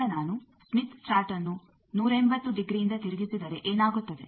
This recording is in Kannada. ಈಗ ನಾನು ಸ್ಮಿತ್ ಚಾರ್ಟ್ಅನ್ನು 180 ಡಿಗ್ರಿ ಇಂದ ತಿರುಗಿಸಿದರೆ ಏನಾಗುತ್ತದೆ